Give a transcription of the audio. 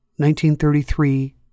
1933